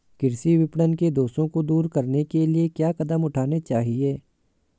कृषि विपणन के दोषों को दूर करने के लिए क्या कदम उठाने चाहिए?